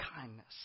kindness